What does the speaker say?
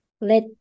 let